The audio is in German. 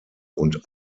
und